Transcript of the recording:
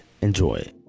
enjoy